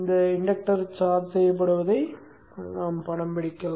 தூண்டல் சார்ஜ் செய்யப்படுவதைப் படம்பிடிக்கவும்